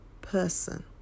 person